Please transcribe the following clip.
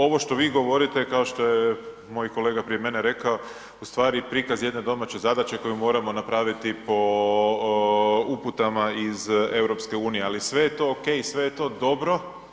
Ovo što vi govorite kao što je moj kolega prije mene rekao ustvari prikaz jedne domaće zadaće koju moramo napraviti po uputama iz EU, ali sve je to ok i sve je to dobro.